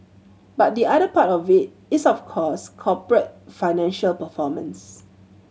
but the other part of it is of course corporate financial performance